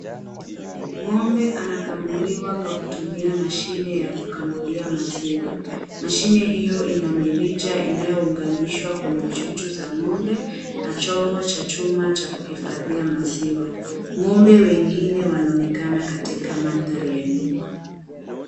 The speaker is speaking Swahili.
Ng'ombe anakamuliwa kwa kutumia mashine ya kukamulia maziwa mashine hiyo ina mirija inayounganishwa kwenye chuchu za ng'ombe na chombo cha chuma cha kuhifadhia maziwa. Ng'ombe wengine wanaonekana katika maadhari ya nyuma.